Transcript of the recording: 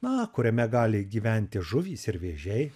na kuriame gali gyventi žuvys ir vėžiai